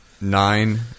Nine